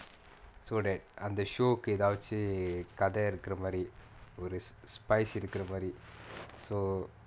so that and the show கு எதாச்சும் கதை இருக்குற மாரி ஒரு:ku ethachum kathai irukkura maari oru spice இருக்குற மாரி:irukkura maari so